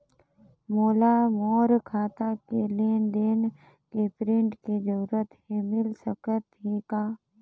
मोला मोर खाता के लेन देन के प्रिंट के जरूरत हे मिल सकत हे का?